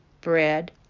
bread